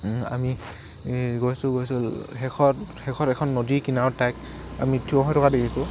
আমি গৈছোঁ গৈছোঁ শেষত শেষত এখন নদীৰ কিনাৰত তাইক আমি থিয় হৈ থকা দেখিছোঁ